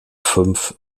fünf